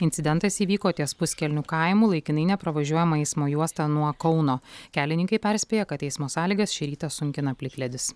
incidentas įvyko ties puskelnių kaimu laikinai nepravažiuojama eismo juosta nuo kauno kelininkai perspėja kad eismo sąlygas šį rytą sunkina plikledis